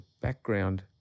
background